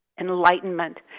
Enlightenment